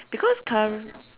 because curr~